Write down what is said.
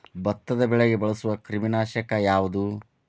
ಭತ್ತದ ಬೆಳೆಗೆ ಬಳಸುವ ಕ್ರಿಮಿ ನಾಶಕ ಯಾವುದು?